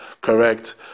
correct